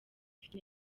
ufite